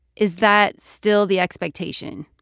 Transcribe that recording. is that still the expectation?